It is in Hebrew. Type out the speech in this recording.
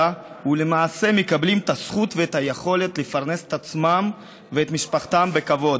ולמעשה מקבלים את הזכות ואת היכולת לפרנס את עצמם ואת משפחתם בכבוד.